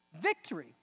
victory